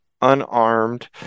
unarmed